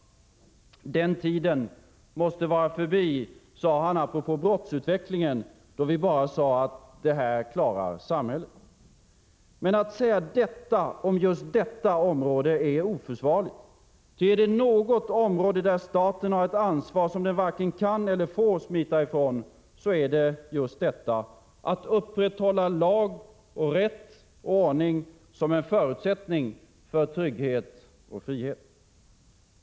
”Den tiden måste vara förbi” — sade han apropå brottsutvecklingen — ”då vi bara sa att ”det här klarar samhället”.” Men att säga så om just detta område är oförsvarligt. Ty är det något område där staten har ett ansvar som den varken kan eller får smita ifrån så är det just detta: att upprätthålla lag och rätt och ordning som en förutsättning för trygghet och frihet.